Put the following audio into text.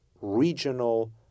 regional